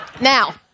Now